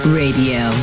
radio